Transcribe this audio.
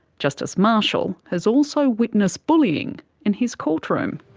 justice marshall has also witnessed bullying in his courtroom.